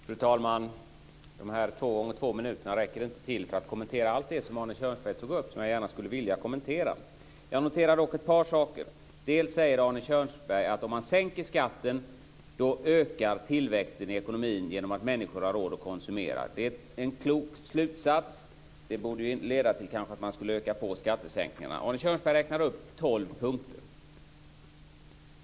Fru talman! De två gånger två minuterna räcker inte till för att kommentera allt det som Arne Kjörnsberg tog upp och som jag gärna skulle vilja kommentera. Jag noterar dock ett par saker. Arne Kjörnsberg säger att om man sänker skatten ökar tillväxten i ekonomin genom att människor har råd att konsumera. Det är en klok slutsats. Den borde leda till att man kanske ökade på skattesänkningarna. Arne Kjörnsberg räknar upp tolv punkter.